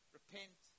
repent